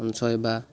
সঞ্চয় বা